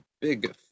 big